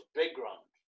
background